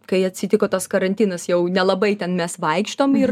kai atsitiko tas karantinas jau nelabai ten mes vaikštom ir